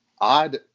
odd